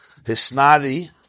Hisnari